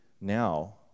now